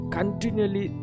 Continually